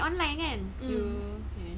mm